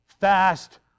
fast